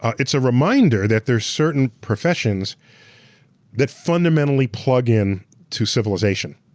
it's a reminder that there's certain professions that fundamentally plug in to civilization,